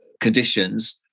conditions